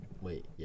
wait